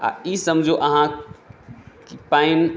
आओर ई समझू अहाँ कि पानि